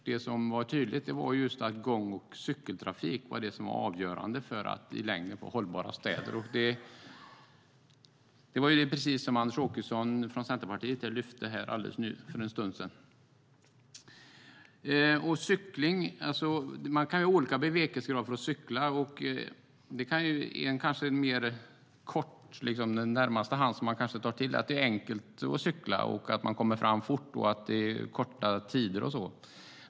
Det som blev tydligt var att gång och cykeltrafik är avgörande för att i längden få hållbara städer. Det var precis det som Anders Åkesson från Centerpartiet lyfte fram här för en stund sedan. Man kan ha olika bevekelsegrunder för att cykla. Den som kanske ligger närmast till hands är att det är enkelt att cykla, att man kommer fram fort och att det är korta restider.